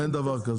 אין דבר כזה.